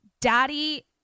daddy